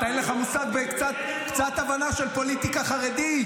אין לך מושג וקצת הבנה של פוליטיקה חרדית.